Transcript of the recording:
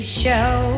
show